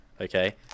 okay